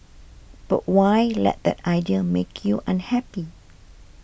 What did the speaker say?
but why let that idea make you unhappy